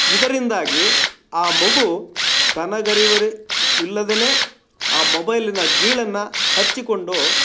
ಇದರಿಂದಾಗಿ ಆ ಮಗು ತನಗರಿವರಿ ವಿಲ್ಲದೇನೇ ಆ ಮೊಬೈಲಿನ ಗೀಳನ್ನು ಹಚ್ಚಿಕೊಂಡು